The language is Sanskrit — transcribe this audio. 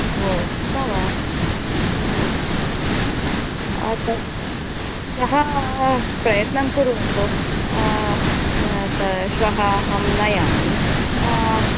ओ तथा वा श्वः प्रयत्नं कुर्वन्तु त त श्वः अहं नयामि